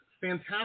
fantastic